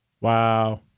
wow